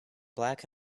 black